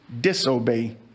disobey